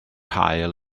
haul